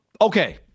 Okay